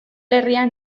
herrian